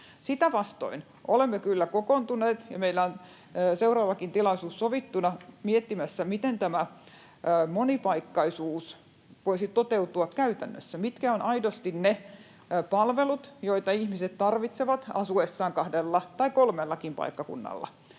Sitä vastoin olemme kyllä kokoontuneet — ja meillä on seuraavakin tilaisuus sovittuna — miettimään, miten tämä monipaikkaisuus voisi toteutua käytännössä, mitkä ovat aidosti ne palvelut, joita ihmiset tarvitsevat asuessaan kahdella tai kolmellakin paikkakunnalla,